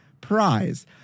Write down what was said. prize